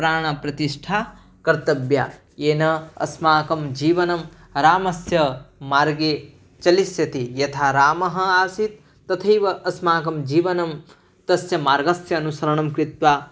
प्राणप्रतिष्ठा कर्तव्या येन अस्माकं जीवनं रामस्य मार्गे चलिष्यति यथा रामः असीत् तथैव अस्माकं जीवनं तस्य मार्गस्य अनुसरणं कृत्वा